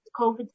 COVID